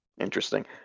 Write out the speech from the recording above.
interesting